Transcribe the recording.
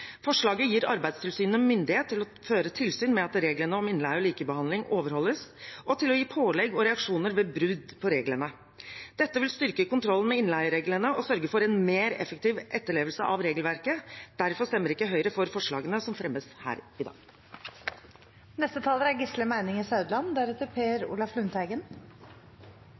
Forslaget gir Arbeidstilsynet myndighet til å føre tilsyn med at reglene om innleie og likebehandling overholdes og til å gi pålegg og reaksjoner ved brudd på reglene. Dette vil styrke kontrollen med innleiereglene og sørge for en mer effektiv etterlevelse av regelverket. Derfor stemmer ikke Høyre for forslagene som fremmes her i